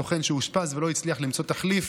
בסוכן שאושפז ולא הצליח למצוא תחליף,